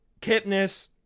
Kipnis